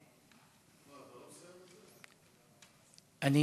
אני